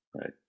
Right